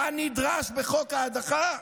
כנדרש בחוק ההדחה?